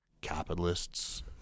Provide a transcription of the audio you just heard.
capitalists